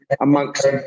amongst